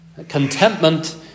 contentment